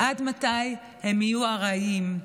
עד מתי הם יהיו ארעיים,